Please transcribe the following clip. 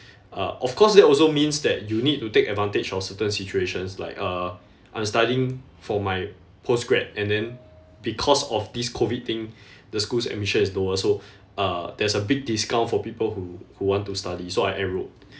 uh of course that also means that you need to take advantage of certain situations like uh I'm studying for my post grad and then because of this COVID thing the school's admission is lower so uh there's a big discount for people who who want to study so I enrolled